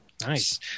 Nice